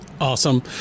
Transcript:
Awesome